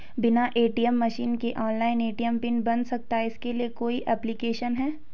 बिना ATM machine के online ATM PIN बन सकता है इसके लिए कोई ऐप्लिकेशन है?